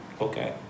okay